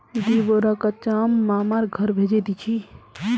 दी बोरा कच्चा आम मामार घर भेजे दीछि